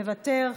מוותר,